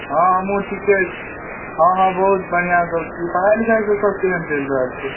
हँ हमहूँ ठीके हँ हँ बहुत बढ़िआँ सभ छी पढ़ाइ लिखाइ सेसभ केहन चलि रहल छै